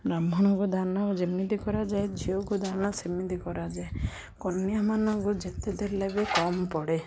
ବ୍ରାହ୍ମଣକୁ ଦାନ ଯେମିତି କରାଯାଏ ଝିଅକୁ ଦାନ ସେମିତି କରାଯାଏ କନ୍ୟାମାନଙ୍କୁ ଯେତେଦେଲେ ବି କମ୍ ପଡ଼େ